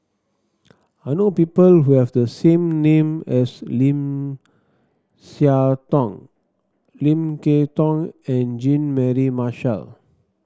I know people who have the same name as Lim Siah Tong Lim Kay Tong and Jean Mary Marshall